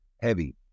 heavy